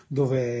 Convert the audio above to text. dove